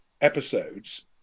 episodes